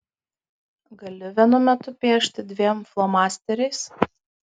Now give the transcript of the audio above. gali vienu metu piešti dviem flomasteriais